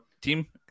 team